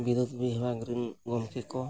ᱵᱤᱫᱩᱛ ᱵᱤᱵᱷᱟᱜᱽᱨᱮᱱ ᱜᱚᱢᱠᱮ ᱠᱚ